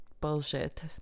bullshit